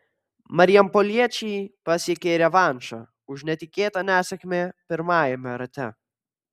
marijampoliečiai pasiekė revanšą už netikėtą nesėkmę pirmajame rate